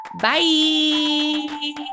bye